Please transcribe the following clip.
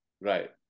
Right